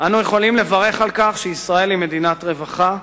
אנו יכולים לברך על כך שישראל היא מדינת רווחה,